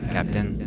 Captain